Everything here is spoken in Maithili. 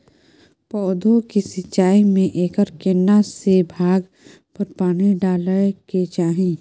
पौधों की सिंचाई में एकर केना से भाग पर पानी डालय के चाही?